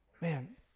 Man